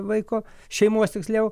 vaiko šeimos tiksliau